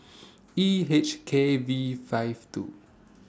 E H K V five two